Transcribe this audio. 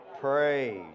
Praise